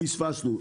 פספסנו.